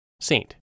Saint